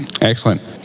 Excellent